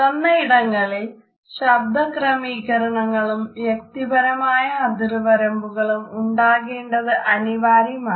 തുറന്ന ഇടങ്ങളിൽ ശബ്ദക്രമീകരണങ്ങളും വ്യക്തിപരമായ അതിർവരമ്പുകളും ഉണ്ടാകേണ്ടത് അനിവാര്യമാണ്